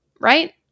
right